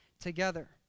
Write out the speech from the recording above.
together